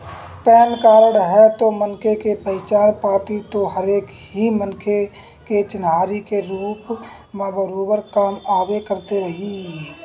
PAN card ह तो मनखे के पहचान पाती तो हरे ही मनखे के चिन्हारी के रुप म बरोबर काम आबे करथे भई